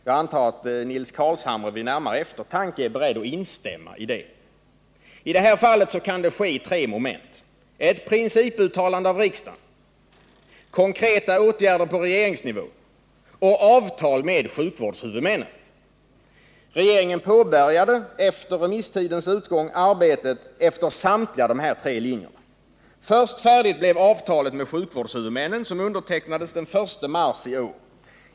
Jag antar att Nils Carlshamre vid närmare eftertanke är beredd att instämma i det. I detta fall kan det ske i tre moment: 2. konkreta åtgärder på regeringsnivå och Regeringen påbörjade efter remisstidens utgång arbetet efter samtliga tre linjer. Först färdigt blev avtalet med sjukvårdshuvudmännen, som undertecknades den 1 mars i år.